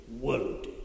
world